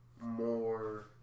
more